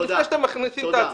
עוד לפני שאתם מכניסים את ההצעות.